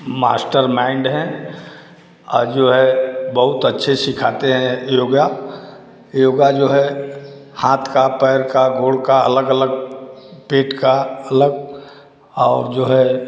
master mind हैं और जो है बहुत अच्छे सिखाते हैं योगा योगा जो है हाथ का पैर का गोड़ का अलग अलग पेट का अलग और जो है